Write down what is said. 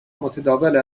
متداول